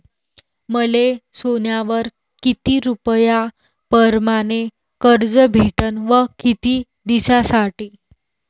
मले सोन्यावर किती रुपया परमाने कर्ज भेटन व किती दिसासाठी?